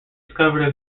discovered